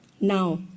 Now